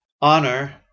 honor